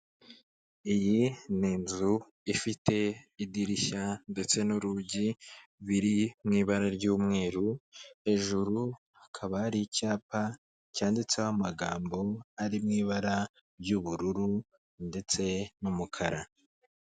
Iyi ni inzu ifite idirishya ndetse n'urugi biri mu ibara ry'umweru, hejuru hakaba hari icyapa cyanditseho amagambo ari mw'ibara ry'ubururu ndetse n'umukara.